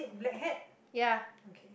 yeah